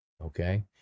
Okay